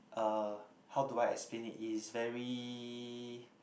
uh how do I explain it it is very